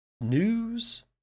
news